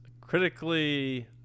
critically